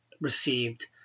received